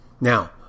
Now